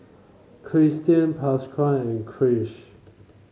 Kristian Pasquale and Krish